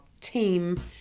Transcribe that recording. team